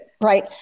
right